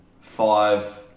five